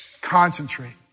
concentrate